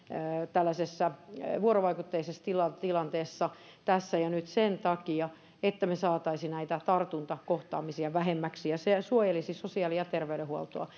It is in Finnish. vuorovaikutteisessa tilanteessa tilanteessa tässä ja nyt sen takia että me saisimme näitä tartuntakohtaamisia vähemmäksi ja se suojelisi sosiaali ja terveydenhuoltoa